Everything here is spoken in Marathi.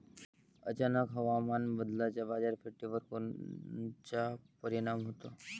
अचानक हवामान बदलाचा बाजारपेठेवर कोनचा परिणाम होतो?